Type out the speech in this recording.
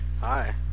Hi